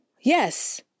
Yes